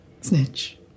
Snitch